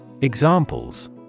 Examples